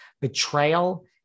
betrayal